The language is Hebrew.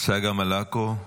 צגה מלקו,